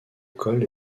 col